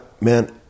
Man